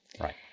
Right